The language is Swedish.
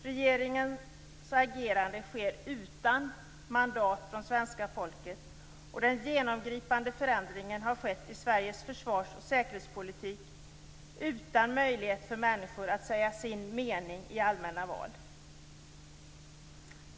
Regeringens agerande sker utan mandat från svenska folket. Den genomgripande förändringen i Sveriges försvars och säkerhetspolitik har skett utan möjlighet för människor att säga sin mening i allmänna val.